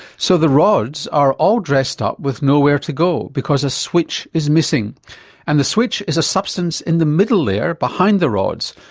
so the rods are all dressed up with nowhere to go because a switch is missing and the switch is a substance in the middle layer behind the rods,